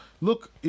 Look